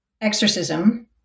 exorcism